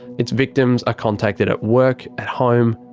its victims are contacted at work, at home,